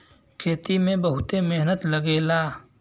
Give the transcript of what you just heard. खेती में बहुते मेहनत लगेला